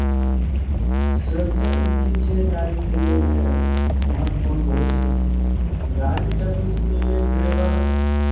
सुरक्षा ई चीज छै गाड़ीके लिए जे महत्वपूर्ण बहुत छै तऽ गाड़ी चलबयसँ पहिले ड्राइवर